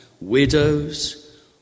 Widows